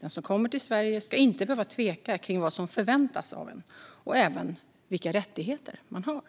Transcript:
Den som kommer till Sverige ska inte behöva tveka kring vad som förväntas av en och kring vilka rättigheter man har.